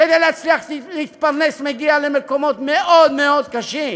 כדי להצליח להתפרנס מגיע למקומות מאוד מאוד קשים.